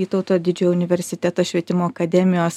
vytauto didžiojo universiteto švietimo akademijos